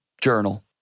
journal